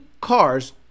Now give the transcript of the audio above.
cars